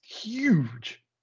huge